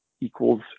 equals